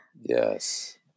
Yes